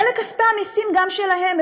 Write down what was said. אלה כספי המסים גם שלהם,